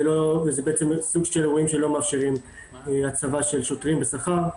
בעצם סוג של אירועים שלא מאפשרים הצבה של שוטרים בשכר.